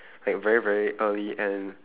like very very early and